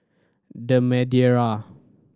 The Madeira